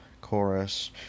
Chorus